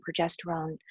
progesterone